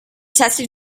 tested